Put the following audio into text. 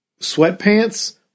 sweatpants